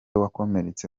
wakomeretse